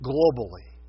Globally